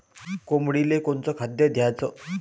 कोंबडीले कोनच खाद्य द्याच?